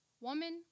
woman